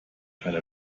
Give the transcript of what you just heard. keine